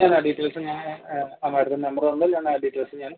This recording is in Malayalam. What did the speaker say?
ഞാൻ ആ ഡീറ്റെയിൽസ് ഞാൻ ആ മേഡത്തിൻ്റെ നമ്പർ തന്നാൽ ആ ഡീറ്റെയിൽസ് ഞാൻ